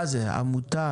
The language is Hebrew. זה עמותה?